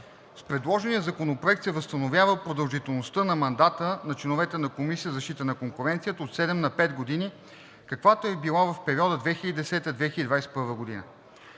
С предложения законопроект се възстановява продължителността на мандата на членовете на Комисията за защита на конкуренцията от седем на пет години, каквато е била в периода 2010 – 2021 г.